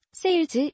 sales